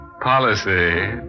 policy